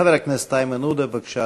חבר הכנסת איימן עודה, בבקשה,